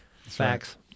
Facts